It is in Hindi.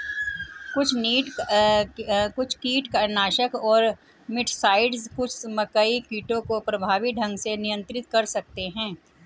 कुछ कीटनाशक और मिटसाइड्स कुछ मकई कीटों को प्रभावी ढंग से नियंत्रित कर सकते हैं